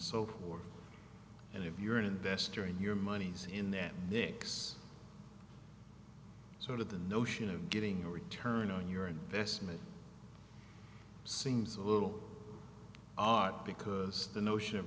so forth and if you're an investor in your money in their dicks sort of the notion of getting a return on your investment seems a little odd because the notion of